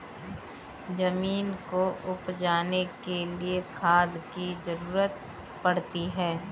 ज़मीन को उपजाने के लिए खाद की ज़रूरत पड़ती है